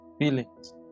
Feelings